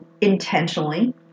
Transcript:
intentionally